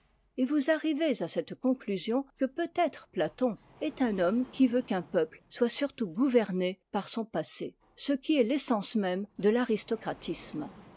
et vous arrivez à cette conclusion que peut-être platon est un homme qui veut qu'un peuple soit surtout gouverné par son passé ce qui est l'essence même de l'aristocratisme